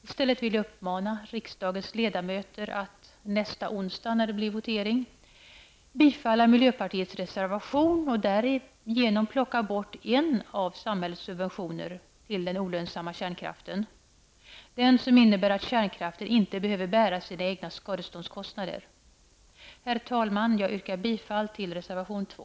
I stället vill jag uppmana riksdagens ledamöter att vid voteringen nästa onsdag bifalla miljöpartiets reservation och därigenom plocka bort en av samhällets subventioner till den olönsamma kärnkraften, den som innebär att kärnkraften inte behöver bära sina egna skadeståndskostnader. Herr talman! Jag yrkar bifall till reservation 2.